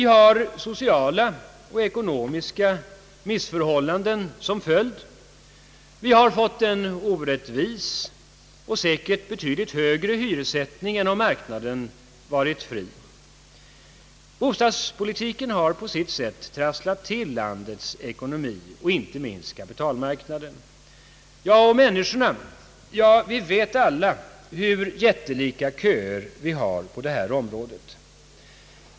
Vi har där fått sociala och ekonomiska missförhållanden och en orättvis och säkerligen betydligt högre hyressättning än om marknaden hade varit fri. Bostadspolitiken har på sitt sätt trasslat till landets ekonomi, inte minst kapitalmarknaden. Beträffande de enskilda människorna vet vi alla, hur jättelika köer vi har på detta område.